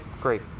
great